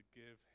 give